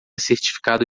certificado